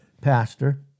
pastor